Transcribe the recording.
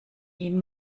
ihn